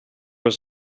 was